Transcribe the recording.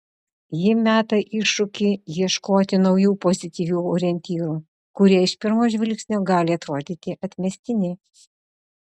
ji meta iššūkį ieškoti naujų pozityvių orientyrų kurie iš pirmo žvilgsnio gali atrodyti atmestini